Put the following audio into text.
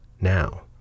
Now